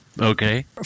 Okay